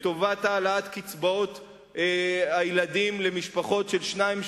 לטובת העלאת קצבאות הילדים למשפחות של שניים,